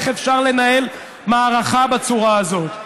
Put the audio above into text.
איך אפשר לנהל מערכה בצורה הזאת?